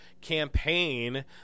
campaign